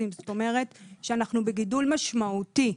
זאת אומרת שאנחנו בגידול משמעותי.